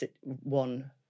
one